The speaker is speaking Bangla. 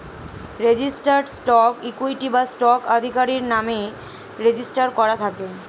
রেজিস্টার্ড স্টক ইকুইটি বা স্টক আধিকারির নামে রেজিস্টার করা থাকে